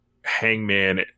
Hangman